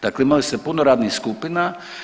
Dakle, imali ste puno radnih skupina.